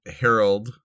Harold